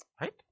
Right